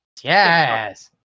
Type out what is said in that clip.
Yes